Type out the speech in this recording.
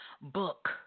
book